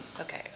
Okay